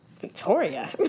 Victoria